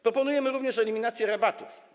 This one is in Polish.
Proponujemy również eliminację rabatów.